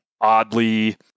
oddly